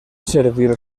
servir